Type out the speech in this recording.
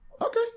Okay